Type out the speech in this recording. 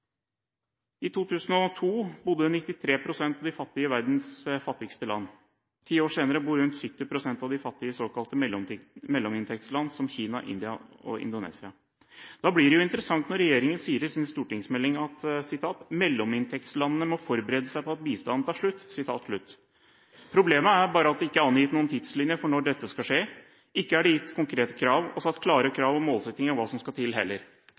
I 2002 bodde 93 pst. av de fattige i verdens fattigste land. Ti år senere bor rundt 70 pst. av de fattige i såkalte mellominntektsland – som Kina, India og Indonesia. Da blir det jo interessant når regjeringen i sin stortingsmelding skriver at mellominntektslandene «må forberede seg på at bistanden tar slutt». Problemet er bare at det ikke er angitt noen tidslinje for når dette skal skje. Det er heller ikke gitt konkrete krav og satt klare målsettinger med hensyn til hva som skal til.